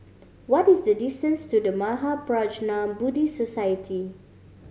what is the distance to The Mahaprajna Buddhist Society